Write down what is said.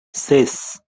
ses